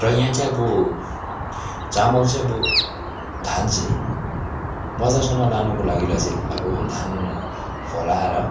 र यहाँ चाहिँ अब चामल चाहिँ अब धान चाहिँ बजारसम्म लानुको लागिलाई चाहिँ अब धान फलाएर